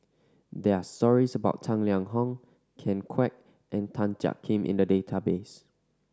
there are stories about Tang Liang Hong Ken Kwek and Tan Jiak Kim in the database